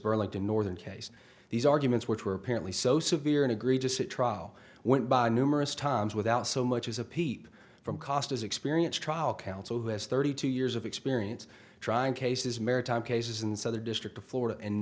burlington northern case these arguments which were apparently so severe and egregious that trial went by numerous times without so much as a peep from costas experience trial counsel has thirty two years of experience trying cases maritime cases in southern district of florida and